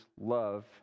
love